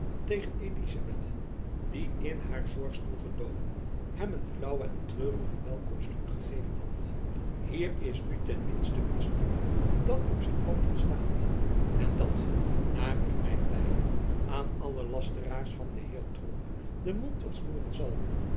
tegen elizabeth die in kaar zorgstoel gedoken hem een flaauwen en treurigen welkomstgroet gegeven had hier is nu ten minsten een stuk dat op zijn pooten staat en dat naar ik my vleie aan alle lasteraars van den heer tromp den mond wel snoeren zal